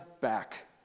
back